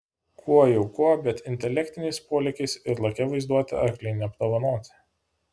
kuo jau kuo bet intelektiniais polėkiais ir lakia vaizduote arkliai neapdovanoti